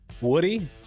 Woody